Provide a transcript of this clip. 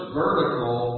vertical